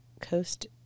Coast